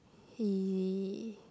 he